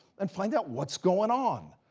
and find out what's going on.